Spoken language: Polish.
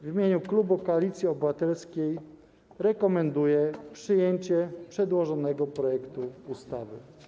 W imieniu klubu Koalicji Obywatelskiej rekomenduję przyjęcie przedłożonego projektu ustawy.